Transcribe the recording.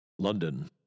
LONDON